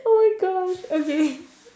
oh my gosh okay